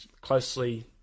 closely